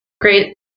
great